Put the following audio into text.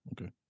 okay